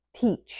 teach